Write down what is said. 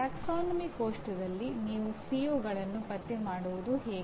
ಪ್ರವರ್ಗ ಕೋಷ್ಟಕದಲ್ಲಿ ನೀವು ಸಿಒಗಳನ್ನು ಪತ್ತೆ ಮಾಡುವುದು ಹೀಗೆ